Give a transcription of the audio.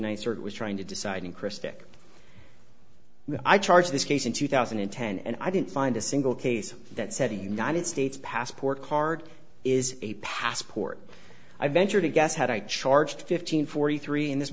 nicer it was trying to decide in christic i charged this case in two thousand and ten and i didn't find a single case that said a united states passport card is a passport i venture to guess had i charged fifteen forty three in this